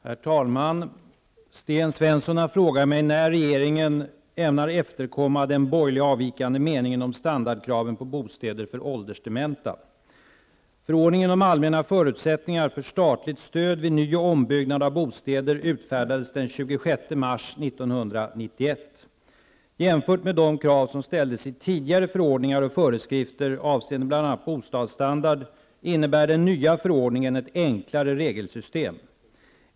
Herr talman! Sten Svensson har frågat mig när regeringen ämnar efterkomma den borgerliga avvikande meningen om standardkraven på bostäder för åldersdementa. Jämfört med de krav som ställdes i tidigare förordningar och föreskrifter avseende bl.a. ett enklare regelsystem.